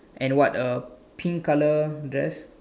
and what a pink colour dress